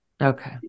okay